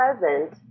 present